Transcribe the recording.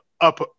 up